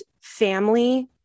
family